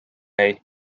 jäi